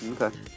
Okay